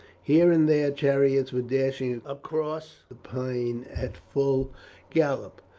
here and there chariots were dashing across the plain at full gallop.